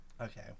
Okay